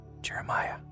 Jeremiah